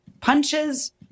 punches